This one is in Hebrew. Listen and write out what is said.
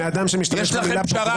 יש לכם פשרה.